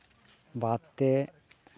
ᱵᱟᱫ ᱛᱮ